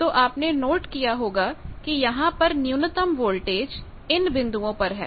तो आपने नोट किया होगा कि यहां पर न्यूनतम वोल्टेज इन बिंदुओं पर है